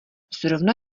zrovna